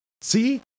See